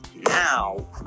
now